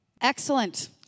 Excellent